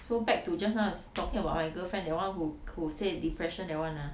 so back to just now I was talking about my girlfriend that [one] who who said depression that [one] ah